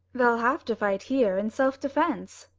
they'll have to fight here in self-defense,